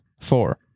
four